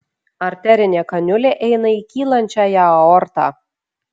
arterinė kaniulė eina į kylančiąją aortą